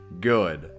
good